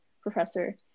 professor